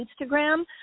Instagram